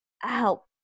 help